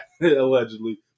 Allegedly